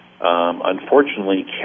unfortunately